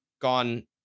gone